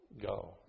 go